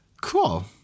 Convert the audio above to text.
Cool